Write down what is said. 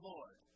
Lord